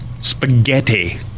Spaghetti